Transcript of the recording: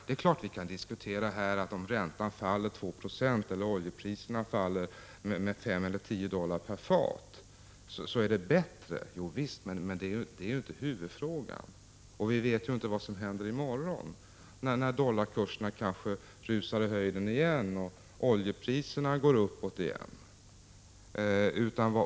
Det är klart att vi här kan säga att det är bättre om räntan faller 2 20 eller om oljepriset faller med 5—10 dollar. Men det är ju inte huvudfrågan. Vi vet inte heller vad som händer i morgon, när dollarkursen kanske rusar i höjden igen och oljepriserna åter går uppåt.